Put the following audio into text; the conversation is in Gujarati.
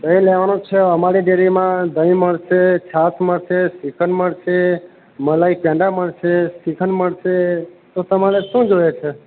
દહી લેવાનું છે અમારી ડેરીમાં દહી મળશે છાશ મલશે શ્રીખંડ મલશે મલાઇ પેંડા મલશે શ્રીખંડ મળશે તો તમારે શું જોઈએ છે